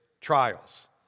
trials